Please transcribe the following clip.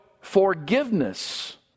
forgiveness